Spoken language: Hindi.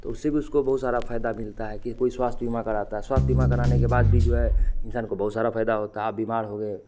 तो उसी को उसको बहुत सारा फायदा मिलता है कि कोई स्वास्थ्य बीमा कराता है स्वास्थ्य बीमा कराने के बाद भी जो है इंसान को बहुत सारा फायदा होता है आप बीमार हो गए